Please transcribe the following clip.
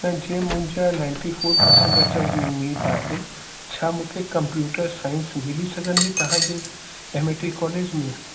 न जे मुंहिंजा नाइंटी फ़ोर पर्संट अचण जी उमीद आहे छा मूंखे कमप्यूटर साइंस मिली सघंदी तव्हांजे एमएटी कॉलेज में